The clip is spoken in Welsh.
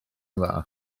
dda